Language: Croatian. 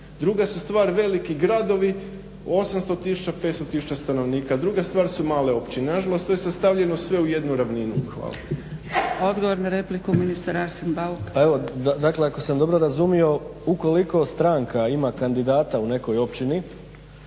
Druga su stvar veliki gradovi 800 tisuća, 500 tisuća stanovnika, a druga stvar su male općine. Nažalost, to je sastavljeno sve u jednu ravninu. Hvala. **Zgrebec, Dragica (SDP)** Odgovor na repliku, ministar Arsen Bauk. **Bauk, Arsen (SDP)** Pa evo dakle ako sam dobro razumio ukoliko stranka ima kandidata u nekoj općini